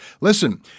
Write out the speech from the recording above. Listen